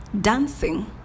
dancing